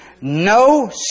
no